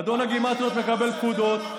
אדון הגימטריות מקבל פקודות.